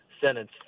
sentence